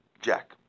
Jack